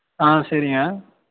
ஆ சரிங்க